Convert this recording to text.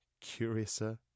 Curiouser